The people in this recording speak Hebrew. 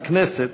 לכנסת,